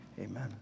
amen